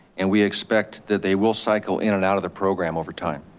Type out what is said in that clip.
and we expect that they will cycle in and out of the program over time.